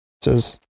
Says